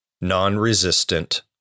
non-resistant